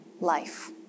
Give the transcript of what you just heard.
life